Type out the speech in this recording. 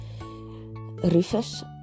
Rufus